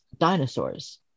dinosaurs